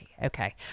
Okay